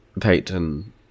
Peyton